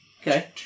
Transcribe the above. Okay